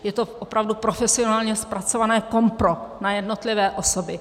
Je to opravdu profesionálně zpracované kompro na jednotlivé osoby.